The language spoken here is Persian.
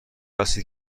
هستید